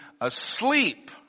Asleep